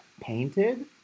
Painted